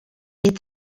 est